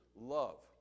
love